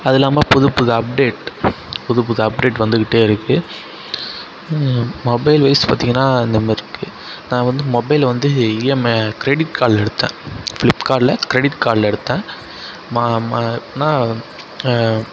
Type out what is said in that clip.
அதுவும் இல்லாமல் புதுப்புது அப்டேட் புதுப்புது அப்டேட் வந்துகிட்டே இருக்குது மொபைல் வைஸ் பார்த்தீங்கன்னா இந்த மாதிரி இருக்குது நான் வந்து மொபைல் வந்து ஈஎம்ஐ கிரெடிட் கார்டில் எடுத்தேன் ஃபிளிப்கார்ட்டில் கிரெடிட் கார்டில் எடுத்தேன்